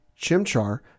Chimchar